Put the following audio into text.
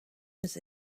was